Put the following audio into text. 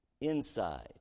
inside